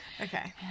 Okay